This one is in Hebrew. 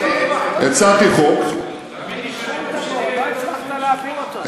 הצעתי חוק, נכשלת בו, לא הצלחת להעביר אותו.